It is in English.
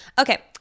Okay